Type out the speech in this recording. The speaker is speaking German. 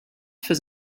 für